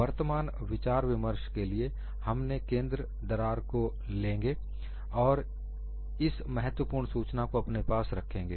वर्तमान विचार विमर्श के लिए हम ने केंद्र दरार को लेंगे और इस महत्वपूर्ण सूचना को अपने पास रखेंगे